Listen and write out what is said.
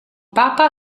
papa